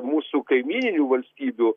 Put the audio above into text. mūsų kaimyninių valstybių